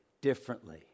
differently